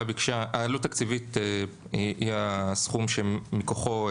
ביקשה העלות התקציבית היא הסכום שמכוחו,